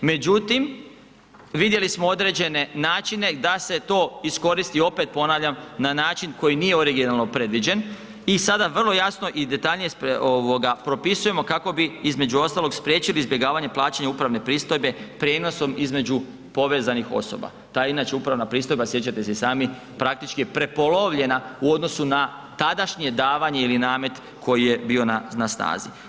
Međutim, vidjeli smo određene načine da se to iskoristi, opet ponavljam, na način koji nije originalno predviđen i sada vrlo jasno i detaljnije propisujemo kako bi između ostalog spriječili izbjegavanje plaćanja upravne pristojbe prijenosom između povezanih osoba, ta inače upravna pristojba, sjećate se i sami, praktički je prepolovljena u odnosu na tadašnje davanje ili namet koji je bio na snazi.